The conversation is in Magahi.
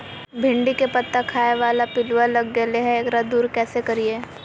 भिंडी के पत्ता खाए बाला पिलुवा लग गेलै हैं, एकरा दूर कैसे करियय?